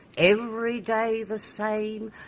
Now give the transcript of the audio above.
every day the same,